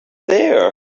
there